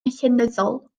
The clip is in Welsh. llenyddol